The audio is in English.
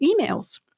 emails